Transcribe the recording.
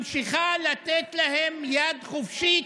ממשיכה לתת יד חופשית,